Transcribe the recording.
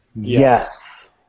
Yes